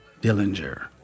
Dillinger